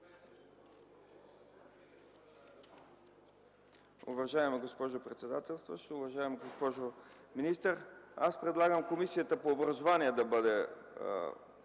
Уважаема госпожо председателстващ, уважаема госпожо министър! Аз предлагам Комисията по образование да бъде